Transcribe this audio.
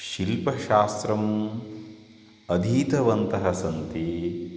शिल्पशास्त्रम् अधीतवन्तः सन्ति